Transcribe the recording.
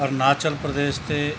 ਅਰੁਣਾਚਲ ਪ੍ਰਦੇਸ਼ ਅਤੇ